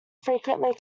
frequently